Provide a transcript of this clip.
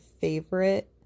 favorite